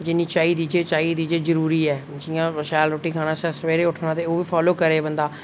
जिन्नी चाहिदी जे चाहिदी जेहड़ी जरुरी ऐ जि'यां शैल रुट्टी खाने आस्तै अस सबेरे उट्ठना ते उ'ऐ फालो करै बंदा